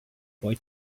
boy